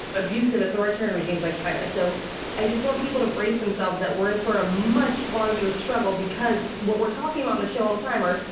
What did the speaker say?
but abusive authoritarian regimes like china. so i just want people to brace themselves that we're in for a much larger struggle because what we're talking about in the show all the time are,